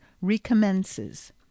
recommences